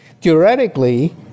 Theoretically